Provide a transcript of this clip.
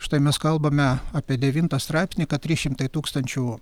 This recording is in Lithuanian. štai mes kalbame apie devintą straipsnį kad trys šimtai tūkstančių